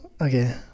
Okay